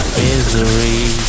misery